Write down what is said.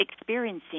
experiencing